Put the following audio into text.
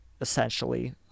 essentially